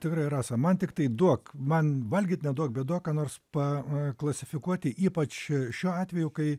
tikrai rasa man tiktai duok man valgyt neduok bet duok nors pa klasifikuoti ypač šiuo atveju kai